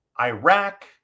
Iraq